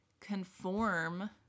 conform